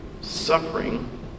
suffering